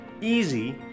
easy